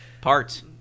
parts